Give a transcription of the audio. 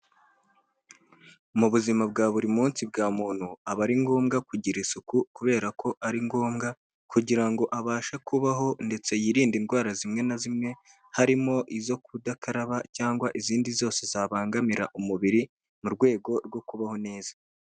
Mu buzima bwa buri munsi bwa muntu, aba ari ngombwa kugira isuku kubera ko ari ngombwa kugira ngo abashe kubaho ndetse yirinde indwara zimwe na zimwe, harimo izo kudakaraba cyangwa izindi zose zabangamira umubiri, mu rwego rwo kubaho neza.